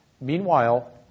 Meanwhile